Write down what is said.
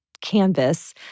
canvas